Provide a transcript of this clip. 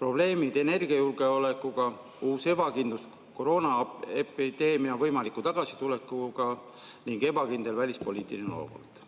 probleemid energiajulgeolekuga, uus ebakindlus koroonaepideemia võimaliku tagasituleku tõttu ning ebakindel välispoliitiline olukord.